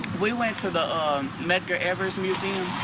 we went to the um medgar evers museum.